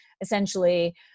essentially